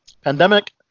pandemic